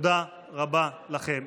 תודה רבה לכם.